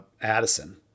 Addison